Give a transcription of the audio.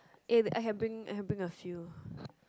eh I have being I have being a few